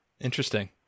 Interesting